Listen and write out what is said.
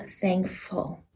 thankful